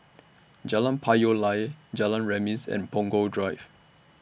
Jalan Payoh Lai Jalan Remis and Punggol Drive